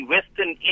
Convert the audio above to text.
Western